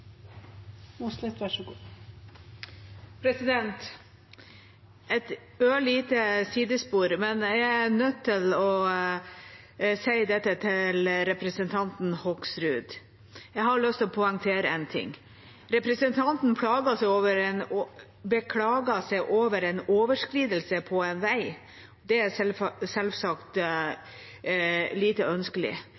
et ørlite sidespor, men jeg er nødt til å si dette til representanten Hoksrud. Jeg har lyst til å poengtere én ting. Representanten beklager seg over en overskridelse på en vei. Det er selvsagt